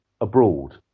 abroad